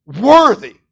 worthy